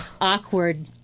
awkward